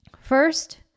First